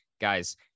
Guys